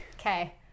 Okay